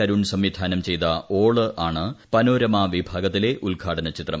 കരുൺ സംവിധാനം ചെയ്ത ഓള് ആണ് പനോരമ വിഭാഗത്തിലെ ഉദ്ഘാടന ചിത്രം